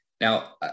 Now